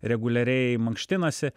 reguliariai mankštinasi